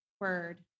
word